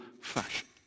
fashion